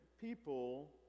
people